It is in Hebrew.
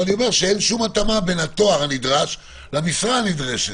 אין שום התאמה בין התואר הנדרש למשרה הנדרשת.